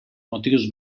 motius